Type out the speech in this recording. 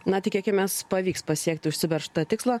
na tikėkimės pavyks pasiekti užsibrėžtą tikslą